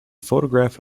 photograph